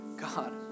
God